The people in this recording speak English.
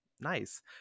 nice